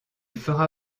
fera